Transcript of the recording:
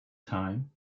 time